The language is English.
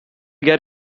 get